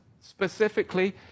specifically